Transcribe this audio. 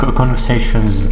conversations